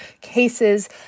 cases